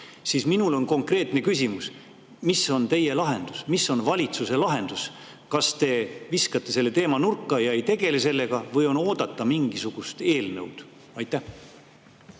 mitte. Minul on konkreetne küsimus. Mis on teie lahendus, mis on valitsuse lahendus? Kas te viskate selle teema nurka ja ei tegele sellega või on oodata mingisugust eelnõu? Aitäh,